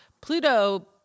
Pluto